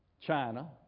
China